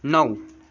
नौ